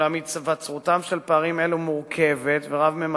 ואולם, היווצרותם של פערים אלו מורכבת ורב-ממדית,